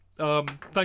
Thank